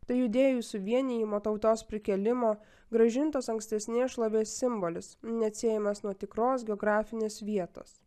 tai judėjų suvienijimo tautos prikėlimo grąžintos ankstesnės šlovės simbolis neatsiejamas nuo tikros geografinės vietos